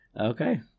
Okay